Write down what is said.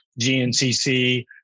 GNCC